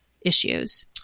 issues